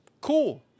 Cool